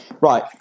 Right